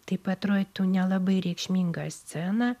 taip atrodytų nelabai reikšmingą sceną